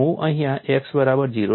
હું અહિંયા x બરાબર 0 લઉં છું